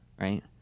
right